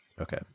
Okay